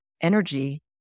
energy